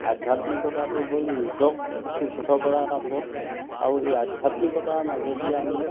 আধ্যাত্মিকতাটো হ'ল নিজক শুদ্ধ কৰা এটা পথ আৰু এই আধ্যাত্মিকতাৰ মাজেদি আমি